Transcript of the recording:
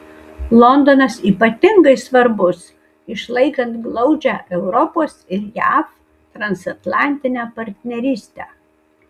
londonas ypatingai svarbus išlaikant glaudžią europos ir jav transatlantinę partnerystę